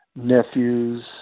nephews